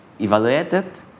evaluated